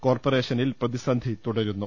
കോർപ്പറേഷനിൽ പ്രതിസന്ധി തുടരുന്നു